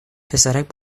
پسرک